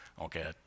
Okay